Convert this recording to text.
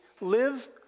live